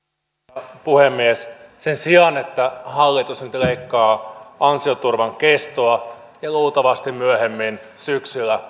arvoisa puhemies sen sijaan että hallitus nyt leikkaa ansioturvan kestoa ja luultavasti myöhemmin syksyllä